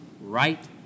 right